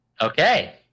Okay